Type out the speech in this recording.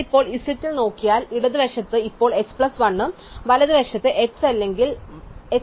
നിങ്ങൾ ഇപ്പോൾ z ൽ നോക്കിയാൽ ഇടത് വശത്ത് ഇപ്പോൾ h plus 1 ഉം വലതു വശം h അല്ലെങ്കിൽ h മൈനസ് 1 ആണ്